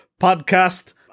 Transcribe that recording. podcast